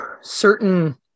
certain